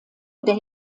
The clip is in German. der